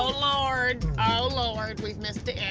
lord. oh, lord. we missed the and